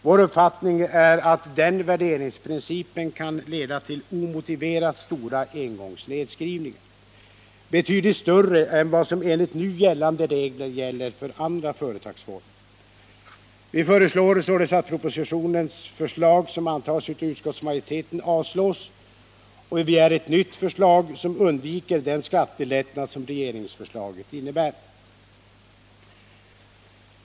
Vår uppfattning är att den värderingsprincipen kan leda till omotiverat stora engångsnedskrivningar, betydligt större än vad som enligt nu gällande regler gäller för andra företagsformer. Vi föreslår således att propositionens förslag, som antagits av utskottsmajoriteten, avslås och begär ett nytt förslag som undviker den skattelättnad som regeringsförslaget innebär.